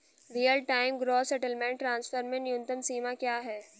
Real time gross settlement transfer में न्यूनतम सीमा क्या है?